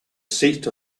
seat